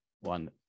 one